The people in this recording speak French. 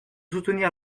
soutenir